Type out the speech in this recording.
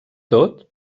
tot